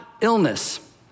illness